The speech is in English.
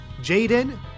Jaden